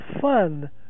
fun